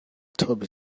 toby